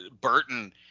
Burton